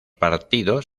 partidos